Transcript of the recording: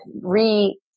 re